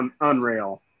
unreal